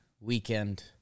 weekend